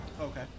Okay